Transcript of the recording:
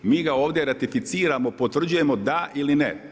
Mi ga ovdje ratificiramo, potvrđujemo da ili ne.